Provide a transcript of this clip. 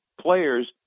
players